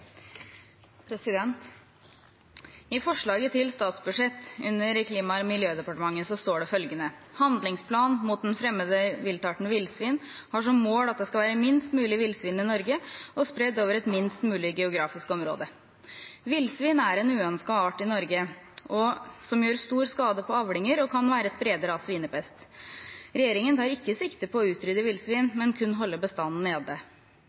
til statsbudsjett under Klima- og miljødepartementet står det følgende: «Handlingsplan mot den framande viltarten villsvin har som mål at det skal vere minst mogleg villsvin i Noreg, og spreidd ut over eit minst mogleg geografisk område.» Villsvin er en uønsket art i Norge som gjør stor skade på avlinger og kan være spreder av svinepest. Regjeringen tar ikke sikte på å utrydde villsvin, men kun holde bestanden nede.